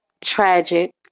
tragic